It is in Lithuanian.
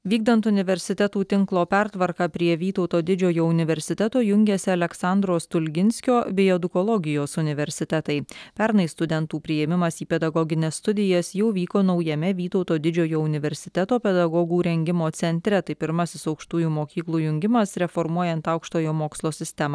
vykdant universitetų tinklo pertvarką prie vytauto didžiojo universiteto jungiasi aleksandro stulginskio bei edukologijos universitetai pernai studentų priėmimas į pedagogines studijas jau vyko naujame vytauto didžiojo universiteto pedagogų rengimo centre tai pirmasis aukštųjų mokyklų jungimas reformuojant aukštojo mokslo sistemą